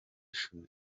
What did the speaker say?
shuri